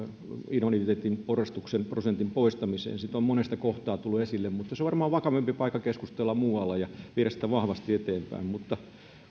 invaliditeetin porrastuksen prosentin poistamiseen se on monessa kohtaa tullut esille mutta se on varmaan vakavampi paikka keskustella muualla ja viedä sitä vahvasti eteenpäin